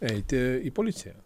eiti į policiją